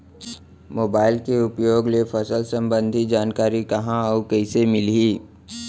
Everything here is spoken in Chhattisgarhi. मोबाइल के उपयोग ले फसल सम्बन्धी जानकारी कहाँ अऊ कइसे मिलही?